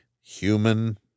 human